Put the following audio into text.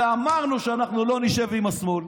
הרי אמרנו שאנחנו לא נשב עם השמאל.